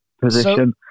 position